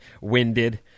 Winded